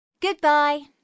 Goodbye